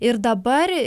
ir dabar